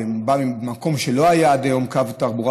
זה בא ממקום שלא היה עד היום קו תחבורה